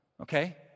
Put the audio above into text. Okay